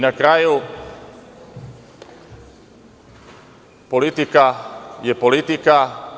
Na kraju, politika je politika.